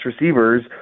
receivers